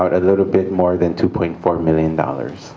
out a little bit more than two point four million dollars